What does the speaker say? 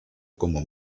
como